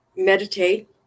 meditate